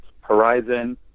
Horizon